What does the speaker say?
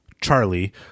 Charlie